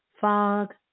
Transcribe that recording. fog